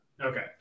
Okay